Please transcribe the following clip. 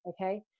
okay